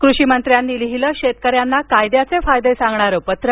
कृषीमंत्र्यांनी लिहीलं शेतकऱ्यांना कायद्याचे फायदे सांगणारं पत्र